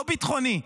לא ביטחוני.